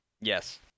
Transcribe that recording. Yes